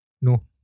No